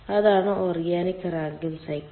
അതാണ് organic Rankine cycle